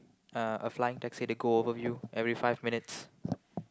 uh a flying taxi to go over you every five minutes